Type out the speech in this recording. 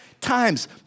times